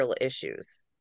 issues